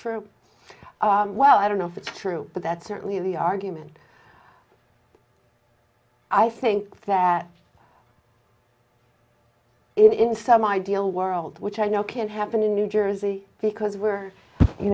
true well i don't know if it's true but that's certainly the argument i think that in some ideal world which i know can happen in new jersey because we're you